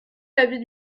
l’avis